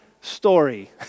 story